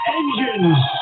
engines